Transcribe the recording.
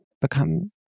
become